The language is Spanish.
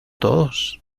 todos